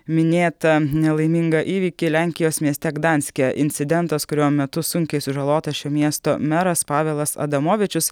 minėtą nelaimingą įvykį lenkijos mieste gdanske incidentas kurio metu sunkiai sužalotas šio miesto meras pavelas adamovičius